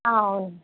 అవును